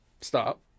Stop